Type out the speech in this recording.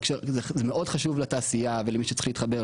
זה מאוד חשוב לתעשייה ולמי שצריך להתחבר,